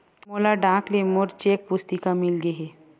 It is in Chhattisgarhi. मोला डाक ले मोर चेक पुस्तिका मिल गे हे